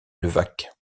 levaque